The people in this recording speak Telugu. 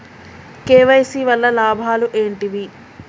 కే.వై.సీ వల్ల లాభాలు ఏంటివి?